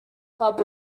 club